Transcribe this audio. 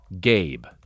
Gabe